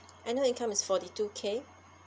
annual income is forty two K